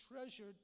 treasured